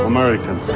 American